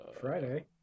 friday